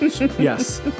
yes